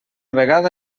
vegada